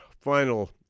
final